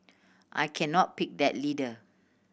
I cannot pick that leader